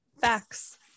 Facts